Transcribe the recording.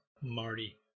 Marty